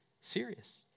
Serious